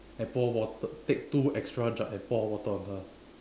and pour water take two extra jug and pour water on her